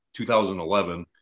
2011